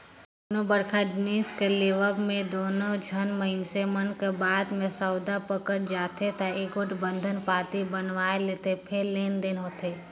कोनो बड़का जिनिस कर लेवब म दूनो झन मइनसे मन कर बात में सउदा पइट जाथे ता एगोट बंधन पाती बनवाए लेथें फेर लेन देन होथे